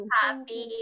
happy